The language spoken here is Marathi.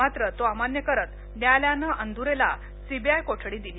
मात्र तो अमान्य करत न्यायालयान अंदुरेला सीबीआय कोठडी दिली